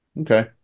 okay